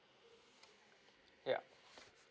yeah